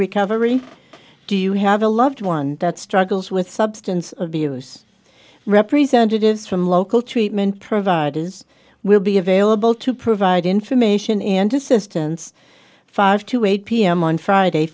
recovery do you have a loved one that struggles with substance abuse representatives from local treatment providers will be available to provide information and assistance five to eight pm on friday